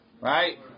right